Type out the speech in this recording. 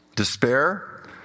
Despair